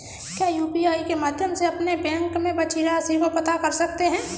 क्या यू.पी.आई के माध्यम से अपने बैंक में बची राशि को पता कर सकते हैं?